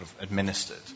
administered